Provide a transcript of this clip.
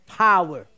power